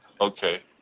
Okay